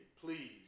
Please